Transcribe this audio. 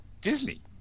Disney